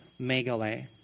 megale